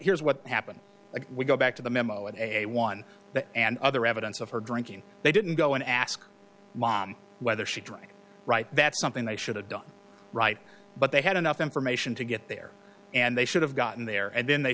here's what happened we go back to the memo of a one that and other evidence of her drinking they didn't go and ask mom whether she drank right that's something they should have done right but they had enough information to get there and they should have gotten there and then they